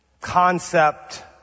concept